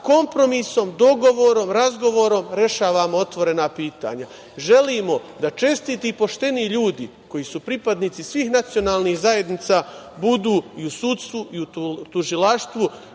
kompromisom, dogovorom, razgovorom rešavamo otvorena pitanja. Želimo da čestiti i pošteni ljudi koji su pripadnici svih nacionalnih zajednica, budu i u sudstvu i u tužilaštvu